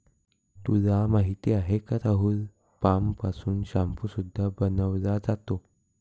तुला माहिती आहे का राहुल? पाम पासून शाम्पू सुद्धा बनवला जातो